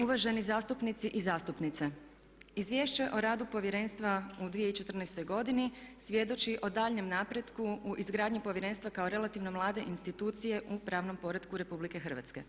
Uvaženi zastupnici i zastupnice, Izvješće o radu povjerenstva u 2014. godini svjedoči o daljnjem napretku u izgradnji povjerenstva kao relativno mlade institucije u pravnom poretku Republike Hrvatske.